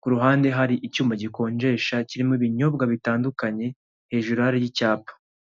ku ruhande hari icyuma gikonjesha kirimo ibinyobwa bitandukanye, hejuru hariho icyapa.